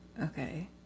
Okay